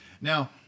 Now